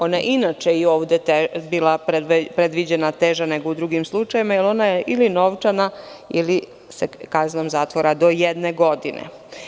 Ona je i inače ovde bila predviđena teža nego u drugim slučajevima, jer ona je ili novčana ili je kazna zatvora do jedne godine.